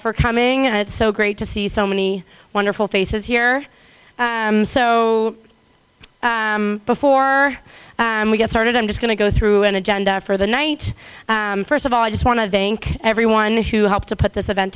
for coming and it's so great to see so many wonderful faces here so before we get started i'm just going to go through an agenda for the night first of all i just want to thank everyone who helped to put this event